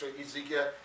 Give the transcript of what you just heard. Ezekiel